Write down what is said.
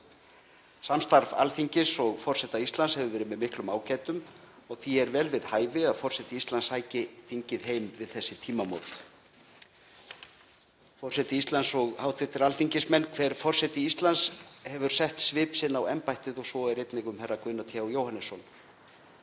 Samstarf Alþingis og forseta Íslands hefur verið með miklum ágætum og því er vel við hæfi að forseti Íslands sæki þingið heim við þessi tímamót. Forseti Íslands og hv. alþingismenn. Hver forseti Íslands hefur sett svip sinn á embættið og svo er einnig um herra Guðna Th. Jóhannesson.